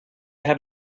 have